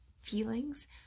feelings